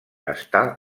està